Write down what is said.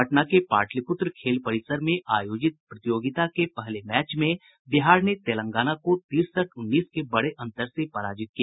पटना के पाटलिपुत्र खेल परिसर में आयोजित प्रतियोगिता के पहले मैच में बिहार ने तेलंगाना को तिरसठ उन्नीस के बड़े अंतर से पराजित किया